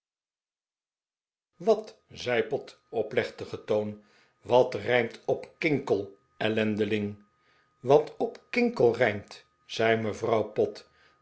wat zei pott op een plechtigen toon wat rijmt op kinkel ellendeling wat op kinkel rijmt zei mevrouw pott